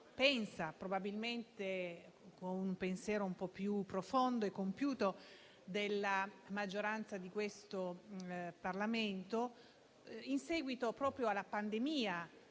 pensa, probabilmente con un pensiero un po' più profondo e compiuto della maggioranza di questo Parlamento, in seguito alla pandemia